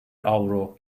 avro